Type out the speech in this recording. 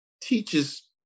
teaches